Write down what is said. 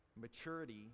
maturity